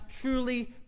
truly